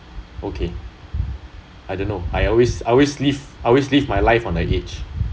oh okay I don't know I always I always live I always live my life on the edge